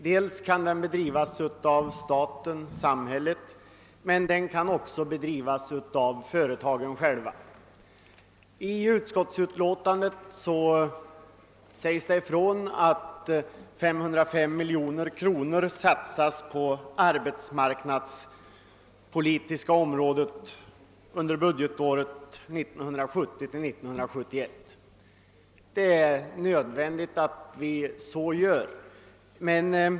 Den kan bedrivas av samhället, men den kan också bedrivas av företagen själva. I utskottets betänkande sägs att 505 miljoner kronor satsas på det arbetsmarknadspolitiska området under budgetåret 1970/71. Det är nödvändigt att vi så gör.